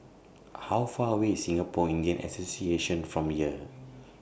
How Far away IS Singapore Indian Association from here